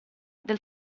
del